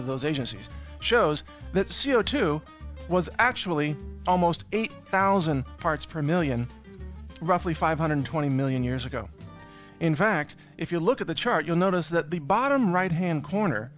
of those agencies shows that c o two was actually almost eight thousand parts per million roughly five hundred twenty million years ago in fact if you look at the chart you'll notice that the bottom right hand corner